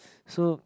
so